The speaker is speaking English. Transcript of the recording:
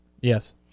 Yes